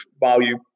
value